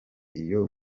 iyo